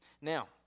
Now